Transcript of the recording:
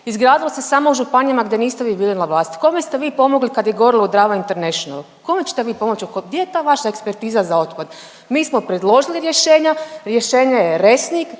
Izgradili ste samo u županijama gdje niste uvijek bili na vlasti. Kome ste vi pomogli kad je gorilo u Drava International? Kome ćete vi pomoći? Gdje je ta vaša ekspertiza za otpad? Mi smo predložili rješenja, rješenje je Resnik,